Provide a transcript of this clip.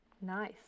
Nice